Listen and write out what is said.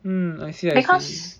mm I see I see